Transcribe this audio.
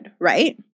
right